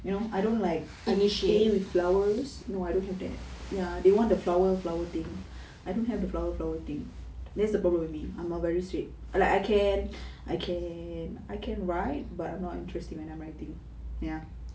you know I don't like play with flowers no I don't have them ya they want the flower flower thing I don't have the flower flower thing that's the problem with me I am very strict I can I can write but I have no interest in what I am writing